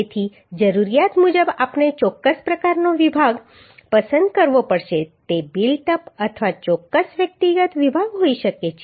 તેથી જરૂરિયાત મુજબ આપણે ચોક્કસ પ્રકારનો વિભાગ પસંદ કરવો પડશે તે બિલ્ટ અપ અથવા ચોક્કસ વ્યક્તિગત વિભાગ હોઈ શકે છે